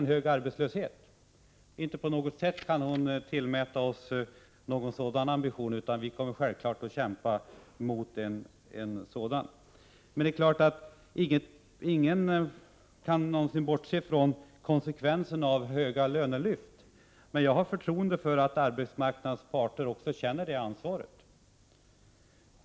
Anna-Greta Leijon kan inte på något sätt tillskriva oss någon sådan ambition, utan vi kommer självfallet att kämpa emot en hög arbetslöshet. Men det är klart att ingen kan bortse från konsekvenserna av höga lönelyft. Jag har emellertid förtroende för att arbetsmarknadens parter också känner ansvar för det.